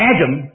Adam